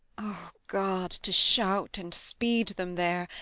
god, to shout and speed them there,